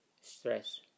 stress